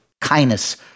kindness